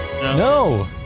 No